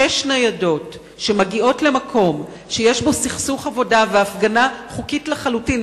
שש ניידות שמגיעות למקום שיש בו סכסוך עבודה והפגנה חוקית לחלוטין,